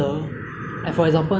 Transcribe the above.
it's very like three D